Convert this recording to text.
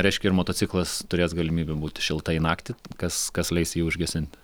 reiškia ir motociklas turės galimybę būti šiltai naktį kas kas leis jį užgesint